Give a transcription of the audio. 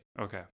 Okay